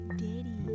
daddy